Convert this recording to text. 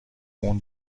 اون